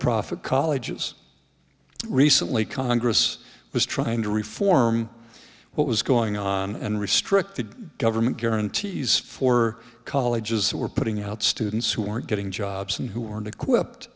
profit colleges recently congress was trying to reform what was going on and restricted government guarantees for colleges that were putting out students who weren't getting jobs and who weren't equipped